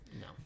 No